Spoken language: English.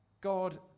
God